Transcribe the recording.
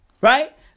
right